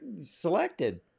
selected